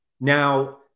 Now